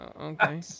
okay